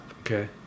Okay